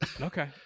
okay